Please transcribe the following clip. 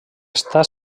està